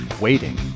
Waiting